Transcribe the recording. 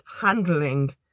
handling